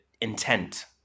intent